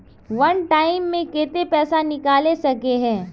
वन time मैं केते पैसा निकले सके है?